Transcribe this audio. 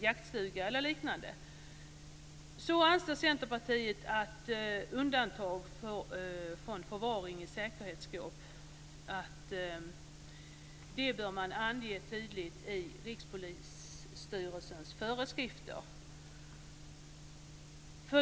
jaktstuga eller liknande anser Centerpartiet att undantag från förvaring i säkerhetsskåp uttryckligen bör införas i Rikspolisstyrelsens föreskrifter.